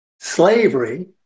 Slavery